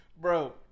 bro